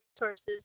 resources